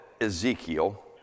Ezekiel